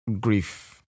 grief